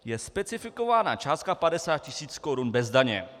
V odst. h) je specifikována částka 50 tisíc korun bez daně.